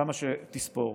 כמה שתספור,